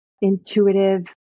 intuitive